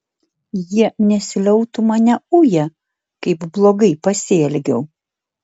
jie nesiliautų mane uję kaip blogai pasielgiau